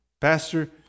Pastor